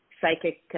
psychic